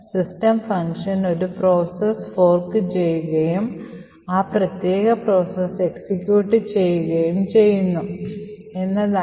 system function ഒരു ഒരു process fork ചെയ്യുകയും ആ പ്രത്യേക പ്രോസസ് എക്സിക്യൂട്ട് ചെയ്യുകയും ചെയ്യുന്നു എന്നതാണ്